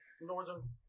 Northern